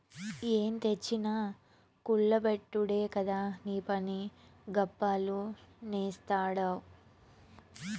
ఏం తెచ్చినా కుల్ల బెట్టుడే కదా నీపని, గప్పాలు నేస్తాడావ్